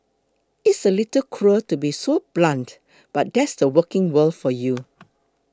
it's a little cruel to be so blunt but that's the working world for you